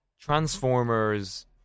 Transformers